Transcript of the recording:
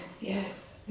Yes